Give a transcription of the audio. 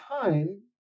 time